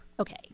okay